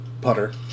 putter